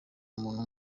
umuntu